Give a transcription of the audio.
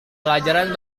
pelajaran